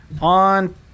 on